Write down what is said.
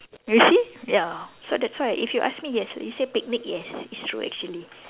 you see ya so that's why if you ask me yes like you say picnic yes it's true actually